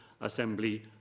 Assembly